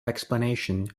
explanation